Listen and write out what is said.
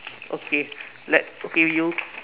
okay let okay you